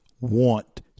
want